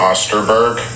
Osterberg